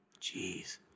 Jeez